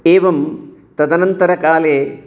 एवं तदनन्तरकाले